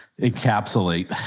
encapsulate